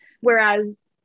whereas